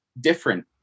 different